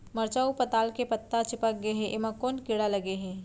मरचा अऊ पताल के पत्ता चिपक गे हे, एमा कोन कीड़ा लगे है?